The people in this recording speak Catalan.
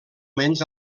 menys